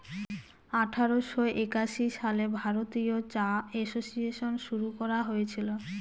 আঠারোশো একাশি সালে ভারতীয় চা এসোসিয়েসন শুরু করা হয়েছিল